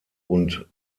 und